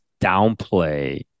downplay